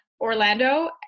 Orlando